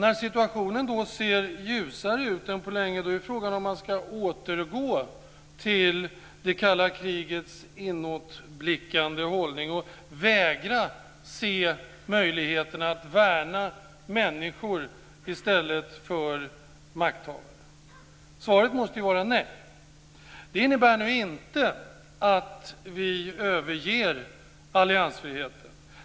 När situationen ser ljusare ut än på länge, då är frågan om man ska återgå till det kalla krigets inåtblickande hållning och vägra se möjligheterna att värna människor i stället för makthavare. Svaret måste ju vara nej. Det innebär inte att vi överger alliansfriheten.